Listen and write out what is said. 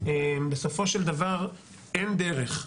בסופו של דבר אין דרך,